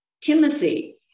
Timothy